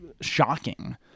shocking